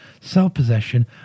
self-possession